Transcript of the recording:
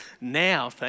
Now